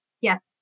Yes